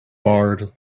barred